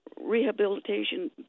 Rehabilitation